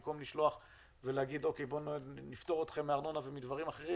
במקום להגיד נפטור אתכם מארנונה ודברים אחרים,